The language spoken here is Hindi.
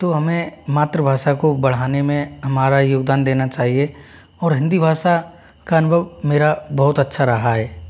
तो हमें मातृभाषा को बढ़ाने में हमारा योगदान देना चाहिए और हिंदी भाषा का अनुभव मेरा बहुत अच्छा रहा है